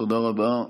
תודה רבה.